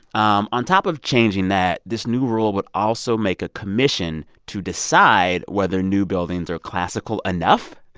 um on top of changing that, this new rule would also make a commission to decide whether new buildings are classical enough.